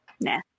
nah